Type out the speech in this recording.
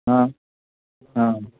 हँ हँ